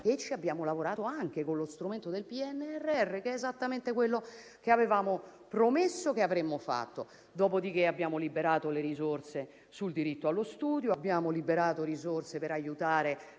Ci abbiamo lavorato anche con lo strumento del PNRR ed è esattamente quello che avevamo promesso che avremmo fatto. Abbiamo liberato le risorse sul diritto allo studio; abbiamo liberato risorse per aiutare